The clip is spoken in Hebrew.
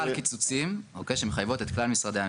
ממשלה על קיצוצים שמחייבות את כלל משרדי הממשלה,